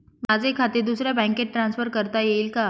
माझे खाते दुसऱ्या बँकेत ट्रान्सफर करता येईल का?